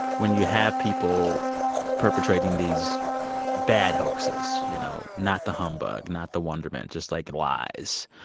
when you have people perpetrating these bad hoaxes, you know, not the humbug, not the wonderment, just, like, lies,